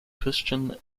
christian